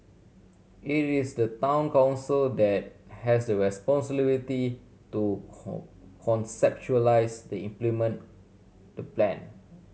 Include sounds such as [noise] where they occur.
it is the Town Council that has the responsibility to [unintelligible] conceptualise the implement the plan